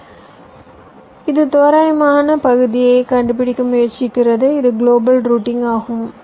எனவே இது தோராயமாக பகுதியைக் கண்டுபிடிக்க முயற்சிக்கிறது இது கிலோபல் ரூட்டிங் ஆகும்